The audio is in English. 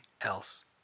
else